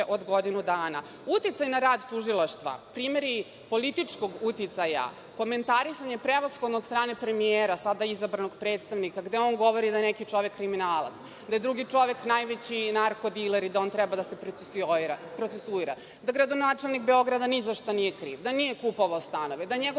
od godinu dana. Uticaj na rad tužilaštva, primeri političkog uticaja, komentarisanje prevashodno od strane premijera, sada izabranog predsednika gde on govori da neki čovek je kriminalac, da je drugi čovek najveći narkodiler i da on treba da se procesuira, da gradonačelnik Beograda ni zašta nije kriv, da nije kupovao stanove, da je njegov